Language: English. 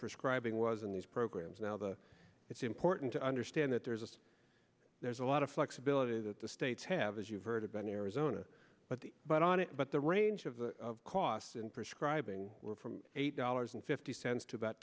prescribing was in these programs now the it's important to understand that there's a there's a lot of flexibility that the states have as you've heard about in arizona but the but on it but the range of costs in prescribing were from eight dollars and fifty cents to about